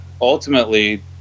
Ultimately